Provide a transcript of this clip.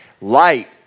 light